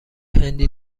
هندی